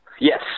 yes